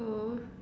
oh